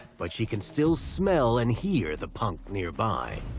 but she can still smell and hear the punk nearby.